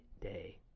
day